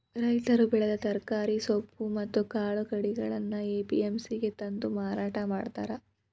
ರೈತರು ಬೆಳೆದ ತರಕಾರಿ, ಸೊಪ್ಪು ಮತ್ತ್ ಕಾಳು ಕಡಿಗಳನ್ನ ಎ.ಪಿ.ಎಂ.ಸಿ ಗೆ ತಂದು ಮಾರಾಟ ಮಾಡ್ತಾರ